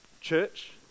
church